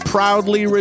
Proudly